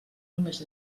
només